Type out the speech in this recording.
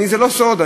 זה לא סוד,